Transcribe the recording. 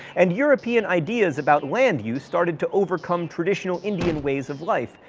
and european ideas about land use started to overcome traditional indian ways of life,